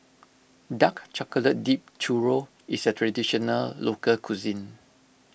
Dark Chocolate Dipped Churro is a Traditional Local Cuisine